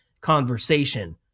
conversation